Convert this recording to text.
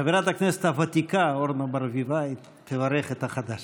חברת הכנסת הוותיקה אורנה ברביבאי תברך את החדש.